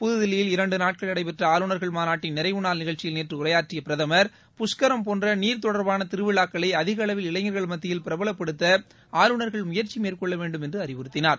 புதுதில்லியில் இரண்டு நாட்கள் நடைபெற்ற ஆளுநர்கள் மாநாட்டில் நிறைவுநாள் நிகழ்ச்சியில் நேற்று உரையாற்றிய பிரதமர் புஷ்கரம் போன்ற நீர் தொடர்பான திருவிழாக்களை அதிக அளவில் இளைஞர்கள் மத்தியில் பிரபலப்படுத்த ஆளுநர்கள் முயற்சி மேற்கொள்ள வேண்டும் என்று அறிவுறுத்தினார்